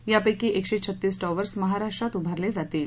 यापैकी एकशे छत्तीस टॉवर्स महाराष्ट्रात उभारले जातील